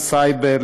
לסייבר,